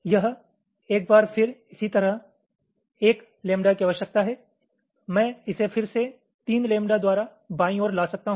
यह एक बार फिर इसी तरह 1 लैम्ब्डा की आवश्यकता है मैं इसे फिर से 3 लैम्ब्डा द्वारा बाईं ओर ला सकता हूं